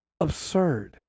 absurd